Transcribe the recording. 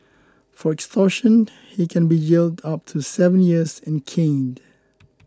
for extortion he can be jailed up to seven years and caned